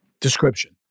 description